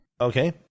Okay